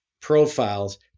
profiles